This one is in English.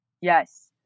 Yes